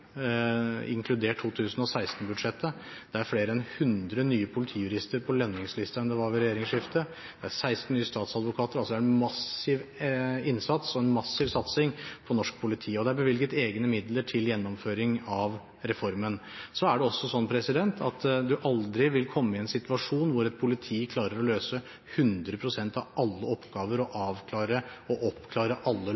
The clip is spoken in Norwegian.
Det er flere enn hundre nye politijurister på lønningslisten enn det var ved regjeringsskiftet. Det er 16 nye statsadvokater, altså en massiv innsats og en massiv satsing på norsk politi, og det er bevilget egne midler til gjennomføring av reformen. Det er også sånn at man aldri vil komme i en situasjon hvor et politi klarer å løse 100 pst. av alle oppgaver